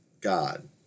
God